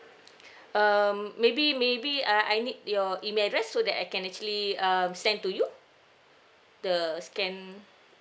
um maybe maybe uh I need your email address so that I can actually um send to you the scanned